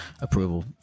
approval